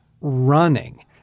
running